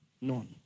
None